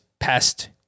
past